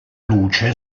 luce